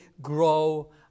grow